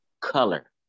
color